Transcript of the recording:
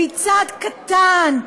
והיא צעד קטן,